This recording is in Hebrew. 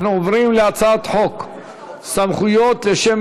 אנחנו עוברים להצעת חוק סמכויות לשם